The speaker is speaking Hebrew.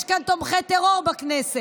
יש כאן תומכי טרור בכנסת.